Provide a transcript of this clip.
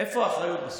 איפה האחריות בסוף?